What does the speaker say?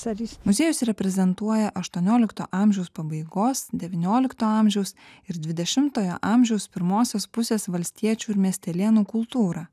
muziejus reprezentuoja aštuoniolikto amžiaus pabaigos devyniolikto amžiaus ir dvidešimtojo amžiaus pirmosios pusės valstiečių ir miestelėnų kultūrą